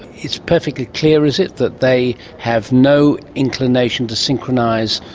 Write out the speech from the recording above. it's perfectly clear, is it, that they have no inclination to synchronise,